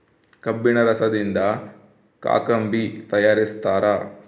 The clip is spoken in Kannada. ಕಬ್ಬಿಣ ರಸದಿಂದ ಕಾಕಂಬಿ ತಯಾರಿಸ್ತಾರ